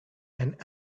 and